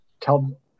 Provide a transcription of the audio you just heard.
tell